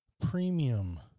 premium